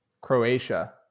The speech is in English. Croatia